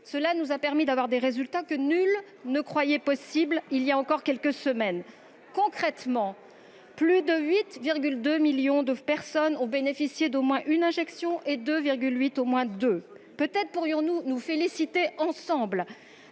qui nous a permis d'obtenir des résultats que nul ne croyait possibles il y a encore quelques semaines. Concrètement, plus de 8,2 millions de personnes ont bénéficié d'au moins une injection et 2,8 millions de deux. Peut-être pourrions-nous nous féliciter ensemble